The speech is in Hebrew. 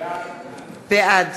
בעד